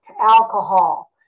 alcohol